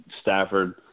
Stafford